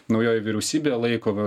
naujoji vyriausybė laiko